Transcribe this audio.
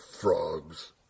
frogs